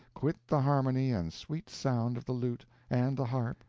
quit the harmony and sweet sound of the lute and the harp,